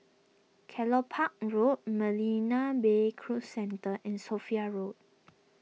Kelopak Road Marina Bay Cruise Centre and Sophia Road